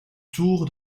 tour